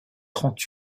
trente